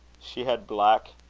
she had black,